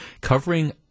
covering